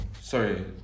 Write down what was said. Sorry